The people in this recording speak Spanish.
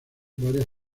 varias